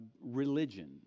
religion